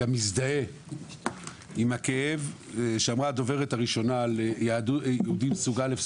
גם מזדהה עם הכאב שאמרה הדוברת הראשונה יהודים סוג א',